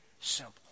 simple